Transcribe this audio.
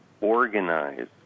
organize